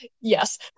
Yes